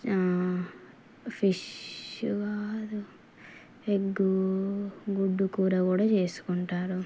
fish కాదు egg గుడ్డు కూర కూడా చేసుకుంటారు